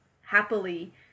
happily